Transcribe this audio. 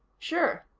sure,